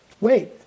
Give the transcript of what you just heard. wait